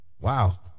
Wow